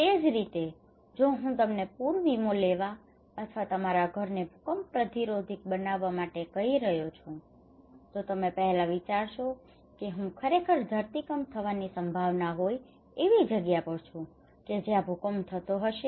તે જ રીતે જો હું તમને પૂર વીમો લેવા અથવા તમારા ઘરને ભૂકંપ પ્રતિરોધક બનાવવા માટે કહી રહ્યો છું તો તમે પહેલા વિચારશો કે હું ખરેખર ધરતીકંપ થવાની સંભાવના હોય એવી જગ્યા પર છું કે જ્યાં ભૂકંપ થાતો હોય